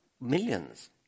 millions